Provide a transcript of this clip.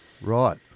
Right